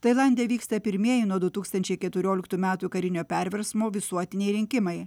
tailande vyksta pirmieji nuo du tūkstančiai keturioliktų metų karinio perversmo visuotiniai rinkimai